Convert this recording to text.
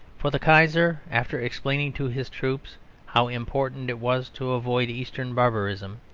for the kaiser, after explaining to his troops how important it was to avoid eastern barbarism,